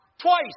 Twice